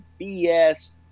BS